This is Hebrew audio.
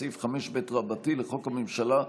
וסעיף 5ב לחוק הממשלה,